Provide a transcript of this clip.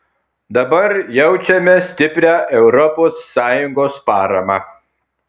dabar jaučiame stiprią europos sąjungos paramą